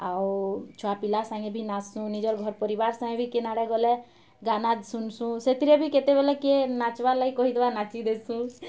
ଆଉ ଛୁଆପିଲା ସାଙ୍ଗେ ବି ନାଚସୁଁ ନିଜର ଘର୍ ପରିବାର ସାଙ୍ଗରେ ବି କେନ୍ ଆଡ଼େ ଗଲେ ଗାନା ସୁନସୁଁ ସେଥିରେ ବି କେତେବେଲେ କିଏ ନାଚ୍ବାର୍ ଲାଗି କହିଦେବା ନାଚି ଦେସୁଁ